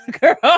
Girl